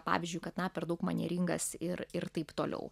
pavyzdžiui kad na per daug manieringas ir ir taip toliau